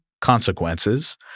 consequences